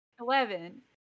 Eleven